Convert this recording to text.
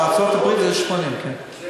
בארצות-הברית זה 80. כן.